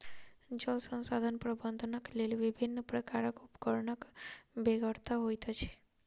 जल संसाधन प्रबंधनक लेल विभिन्न प्रकारक उपकरणक बेगरता होइत अछि